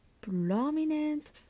prominent